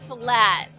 flat